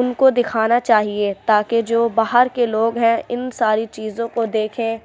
ان کو دکھانا چاہیے تاکہ جو باہر کے لوگ ہیں ان ساری چیزوں کو دیکھیں